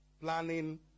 planning